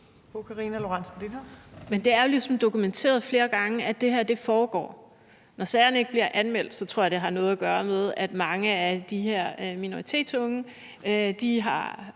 ligesom dokumenteret flere gange, at det her foregår. Når sagerne ikke bliver anmeldt, tror jeg, det har noget at gøre med, at mange af de her minoritetsunge stille